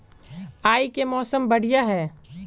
आय के मौसम बढ़िया है?